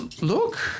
look